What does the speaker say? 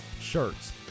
Shirts